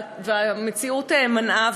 המציאות מנעה,